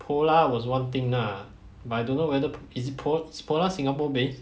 Polar was [one] thing ah but I don't know whether is it Polar is Polar singapore based